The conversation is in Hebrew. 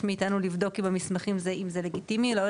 מאיתנו לבדוק אם עניין המסמכים אם הוא לגיטימי או לא,